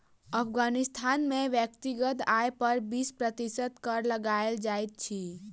अफ़ग़ानिस्तान में व्यक्तिगत आय पर बीस प्रतिशत कर लगायल जाइत अछि